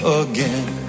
again